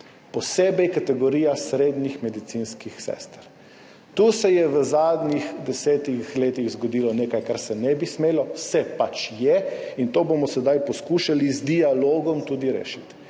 posebej kategorija srednjih medicinskih sester. Tu se je v zadnjih 10 letih zgodilo nekaj, kar se ne bi smelo. Se pač je in to bomo sedaj poskušali z dialogom tudi rešiti.